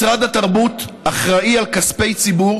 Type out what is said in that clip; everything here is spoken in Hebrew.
משרד התרבות אחראי לכספי ציבור